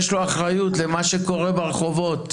יש לו אחריות למה שקורה ברחובות.